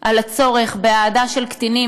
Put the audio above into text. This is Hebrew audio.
על הצורך בהעדה של קטינים,